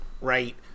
right